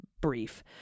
brief